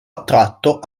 attratto